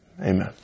Amen